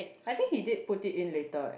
I think he did put it in later eh